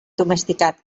domesticat